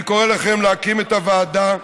אני קורא לכם להקים את הוועדה,